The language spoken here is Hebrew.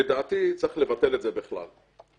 לדעתי צריך לבטל את זה בכלל.